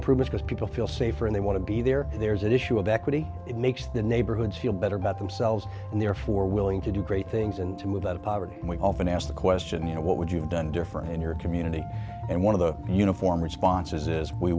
promiscuous people feel safer and they want to be there and there's an issue of equity it makes the neighborhoods feel better about themselves and therefore willing to do great things and to move out of poverty and we often ask the question you know what would you have done differently in your community and one of the uniform responses